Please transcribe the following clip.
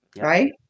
right